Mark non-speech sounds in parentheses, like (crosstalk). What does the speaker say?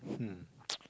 hmm (noise)